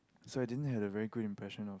so I didn't have a very good impression of